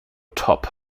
top